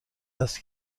است